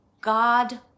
God